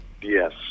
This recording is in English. Yes